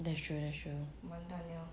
that's true that's true